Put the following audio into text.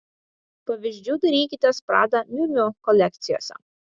pavyzdžių dairykitės prada miu miu kolekcijose